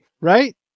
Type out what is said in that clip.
right